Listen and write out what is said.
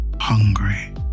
hungry